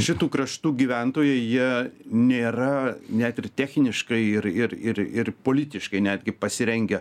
šitų kraštų gyventojai jie nėra net ir techniškai ir ir ir ir politiškai netgi pasirengę